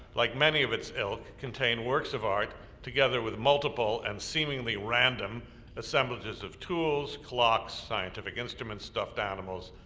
like many of its ilk, contained works of art together with multiple and seemingly random assemblages of tools, clocks, scientific instruments, stuffed animals,